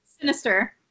sinister